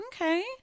Okay